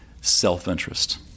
self-interest